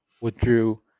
withdrew